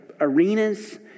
arenas